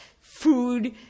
food